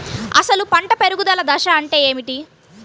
అసలు పంట పెరుగుదల దశ అంటే ఏమిటి?